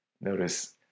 Notice